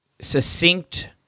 succinct